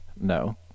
No